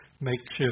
makeshift